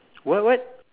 what what